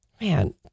Man